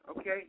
Okay